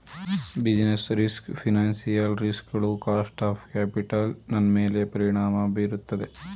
business risk financial risk ಗಳು cost of capital ನನ್ಮೇಲೆ ಪರಿಣಾಮ ಬೀರುತ್ತದೆ